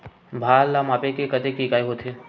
भार ला मापे के कतेक इकाई होथे?